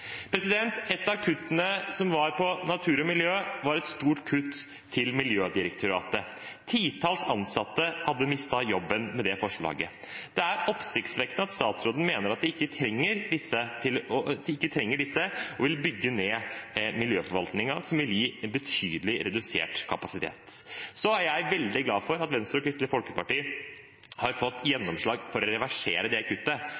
Et av kuttene innen natur og miljø var et stort kutt til Miljødirektoratet. Et titalls ansatte ville ha mistet jobben med det forslaget. Det er oppsiktsvekkende at statsråden mener at de ikke trenger disse, og at han vil bygge ned miljøforvaltningen, som vil gi en betydelig redusert kapasitet. Så jeg er veldig glad for at Venstre og Kristelig Folkeparti har fått gjennomslag for å reversere det kuttet.